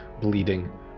bleeding